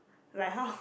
like how